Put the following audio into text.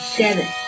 seven